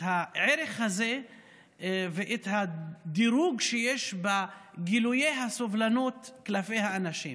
הערך הזה ואת הדירוג שיש בגילויי הסובלנות כלפי האנשים.